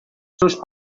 sus